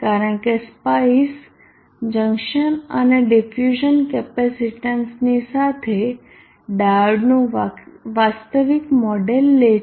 કારણ કે SPICE junction અને ડીફ્યુઝ્ન કેપેસિટન્સની સાથે ડાયોડનું વાસ્તવિક મોડેલ લે છે